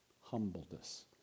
humbleness